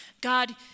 God